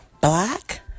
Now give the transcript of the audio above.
black